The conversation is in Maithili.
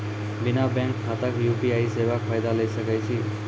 बिना बैंक खाताक यु.पी.आई सेवाक फायदा ले सकै छी?